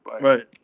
Right